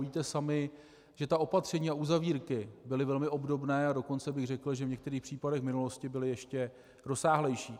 A uvidíte sami, že ta opatření a uzavírky byly velmi obdobné, a dokonce bych řekl, že v některých případech v minulosti byly ještě rozsáhlejší.